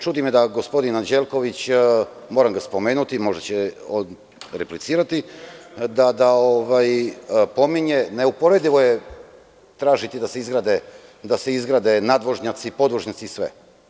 Čudi me da gospodin Anđelković, moram ga spomenuti, možda će on replicirati, da pominje, neuporedivo je tražiti da se izgrade nadvožnjaci, podvožnjaci i sve.